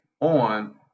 on